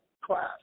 class